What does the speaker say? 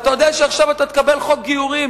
אתה יודע שעכשיו אתה תקבל חוק גיורים,